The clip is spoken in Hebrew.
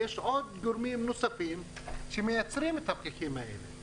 יש עוד גורמים נוספים שמייצרים את הפקקים האלה,